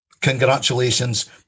Congratulations